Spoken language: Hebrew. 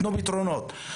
תנו פתרונות,